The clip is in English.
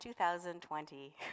2020